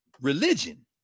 religion